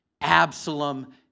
Absalom